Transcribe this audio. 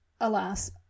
Alas